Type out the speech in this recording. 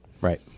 Right